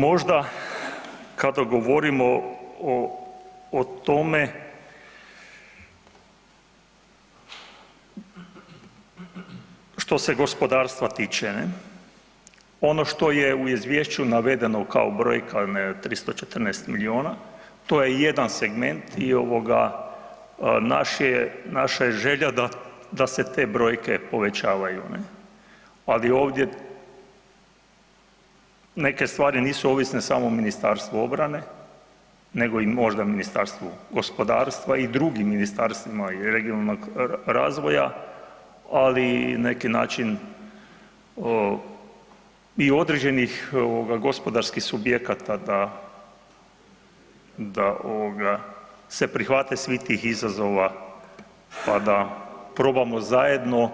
Možda kada govorimo o tome što se gospodarstva tiče, ne, ono što je u izvješću navedeno kao brojka, 314 milijuna, to je jedan segment i naša je želja da se te brojke povećavaju ali ovdje neke stvari nisu ovisne samo o Ministarstvu obrane nego i možda Ministarstva gospodarstva i dr. ministarstvima, i regionalnog razvoja, ali na neki način i određenih gospodarskih subjekata da se prihvate svih tih izazova pa da probamo zajedno